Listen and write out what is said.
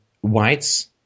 whites